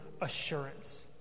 assurance